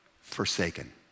Forsaken